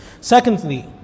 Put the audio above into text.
Secondly